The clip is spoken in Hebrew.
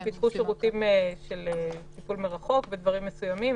גם סיפקו שירותים של טיפול מרחוק בדברים מסוימים,